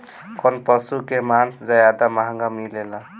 कौन पशु के मांस ज्यादा महंगा मिलेला?